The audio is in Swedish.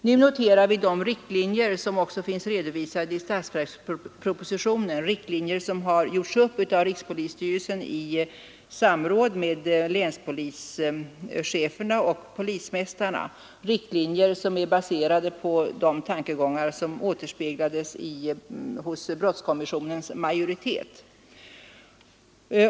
Vi noterar nu de i statsverkspropositionen redovisade riktlinjerna, som gjorts upp av rikspolisstyrelsen i samråd med länspolischeferna och polismästarna och som är baserade på de tankegångar vilka företräddes av brottskommis sionens majoritet.